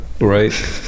right